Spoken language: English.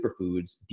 superfoods